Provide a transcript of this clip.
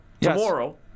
Tomorrow